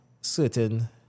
certain